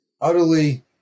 utterly